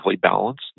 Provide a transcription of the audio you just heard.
balanced